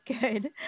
good